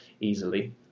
easily